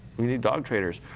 we need dog trainers.